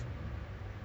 a'ah